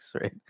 right